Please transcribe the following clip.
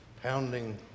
pounding